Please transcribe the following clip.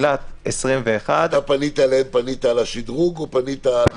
בתחילת 2021 --- פנית אליהם על השדרוג או פנית על הבסיס?